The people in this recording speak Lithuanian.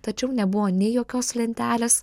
tačiau nebuvo nei jokios lentelės